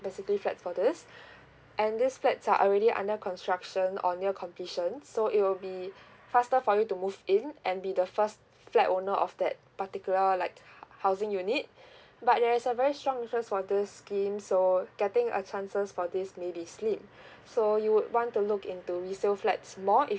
basically flat for this and these flats are already under construction on near completion so it will be faster for you to move in and be the first flat owner of that particular like hou~ housing you need but there is a very strong interest for this scheme so getting uh chances for this maybe slim so you would want to look into resale flats more if